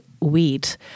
wheat